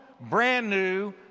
brand-new